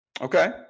Okay